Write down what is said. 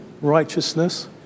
righteousness